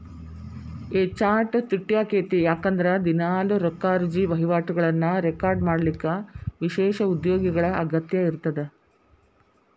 A chart ತುಟ್ಯಾಕ್ಕೇತಿ ಯಾಕಂದ್ರ ದಿನಾಲೂ ರೊಕ್ಕಾರುಜಿ ವಹಿವಾಟುಗಳನ್ನ ರೆಕಾರ್ಡ್ ಮಾಡಲಿಕ್ಕ ವಿಶೇಷ ಉದ್ಯೋಗಿಗಳ ಅಗತ್ಯ ಇರ್ತದ